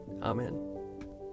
Amen